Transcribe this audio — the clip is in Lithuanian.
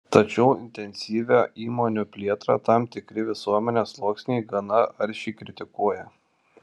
tačiau intensyvią įmonių plėtrą tam tikri visuomenės sluoksniai gana aršiai kritikuoja